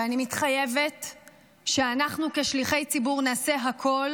ואני מתחייבת שאנחנו, כשליחי ציבור, נעשה הכול